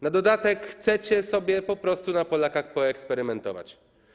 Na dodatek chcecie sobie po prostu na Polakach poeksperymentować.